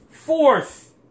fourth